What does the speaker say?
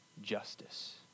justice